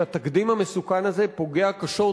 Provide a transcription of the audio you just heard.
שהתקדים המסוכן הזה פוגע קשות,